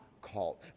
called